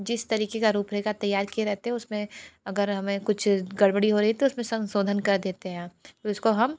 जिस तरीके का रूप रेखा तैयार किए रहते हैं उस में अगर हमें कुछ गड़बड़ी हो रही तो उस में संशोधन कर देते हैं उस को हम